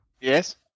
Yes